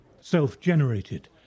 self-generated